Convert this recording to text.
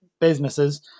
businesses